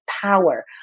power